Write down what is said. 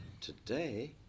Today